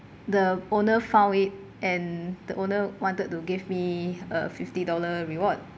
the owner found it and the owner wanted to give me uh fifty dollar reward